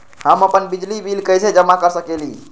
हम अपन बिजली बिल कैसे जमा कर सकेली?